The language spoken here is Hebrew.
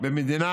במדינה